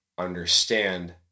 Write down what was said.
understand